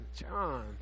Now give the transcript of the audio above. john